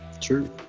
True